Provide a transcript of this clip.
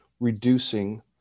reducing